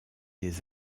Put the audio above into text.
des